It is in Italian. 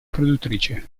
produttrice